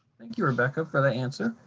thank you, rebecca, for the answer.